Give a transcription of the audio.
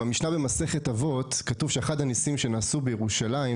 במשנה במסכת אבות כתוב שאחד הניסים שנעשו בירושלים,